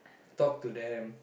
talk to them